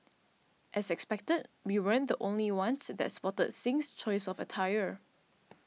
as expected we weren't the only ones that spotted Singh's choice of attire